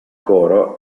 coro